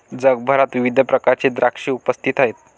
जगभरात विविध प्रकारचे द्राक्षे उपस्थित आहेत